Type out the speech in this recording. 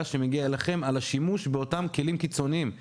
שמגיע אליכם על השימוש באותם כלים קיצוניים.